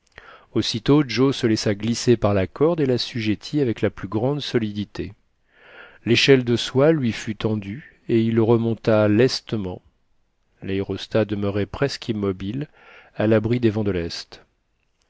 aussitôt joe se laissa glisser par la cordé et l'assujettit avec la plus grande so lidité l'échelle de soie lui fut tendue et il remonta lestement l'aérostat demeurait presque immobile à l'abri des vents de lest